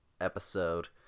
episode